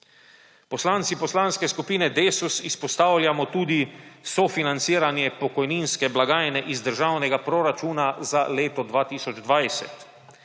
Poslanci Poslanske skupine Desus izpostavljamo tudi sofinanciranje pokojninske blagajne iz državnega proračuna za leto 2020.